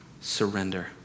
surrender